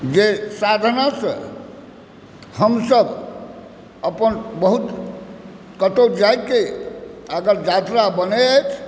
जे साधनसँ हमसब अपन बहुत कतहु जाइके अगर यात्रा बनै अछि